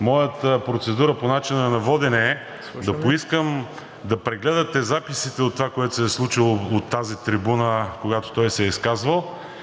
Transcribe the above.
Моята процедура по начина на водене е да поискам да прегледате записите от това, което се е случило от тази трибуна, когато той се е изказвал,